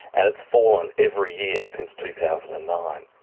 and it's fallen every year since two thousand and nine.